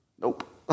Nope